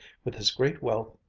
with his great wealth,